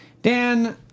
Dan